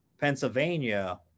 Pennsylvania